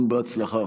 המון הצלחה.